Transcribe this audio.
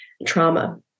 trauma